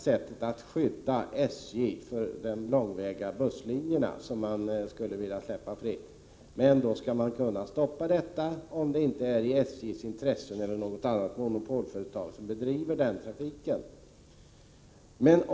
För att skydda SJ i fråga om de långväga busslinjer som skall släppas fria säger man att tillstånd skall kunna vägras med hänsyn till den trafik som SJ eller något annat monopolföretag bedriver.